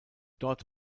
dort